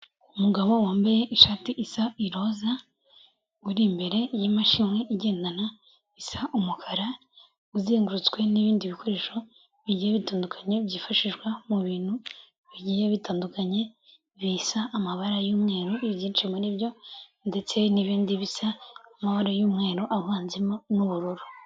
Umugabo wambaye ishati isa iroza, uri imbere y'imashini igendana isa umukara, uzengurutswe n'ibindi bikoresho bigiye bitandukanye byifashishwa mu bintu bigiye bitandukanye, bisa amabara y'umweru ibyinshi muri byo ndetse n'ibindi bisa amabara y'umweru avanzemo n'ubururu.